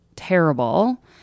terrible